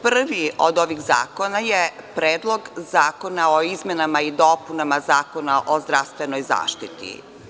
Prvi od ovih zakona je Predlog zakona o izmenama i dopunama Zakona o zdravstvenoj zaštiti.